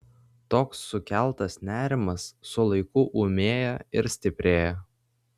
toks sukeltas nerimas su laiku ūmėja ir stiprėja